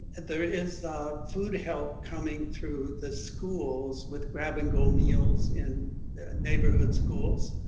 there is food help coming through the schools with grab and go meals in neighborhood schools.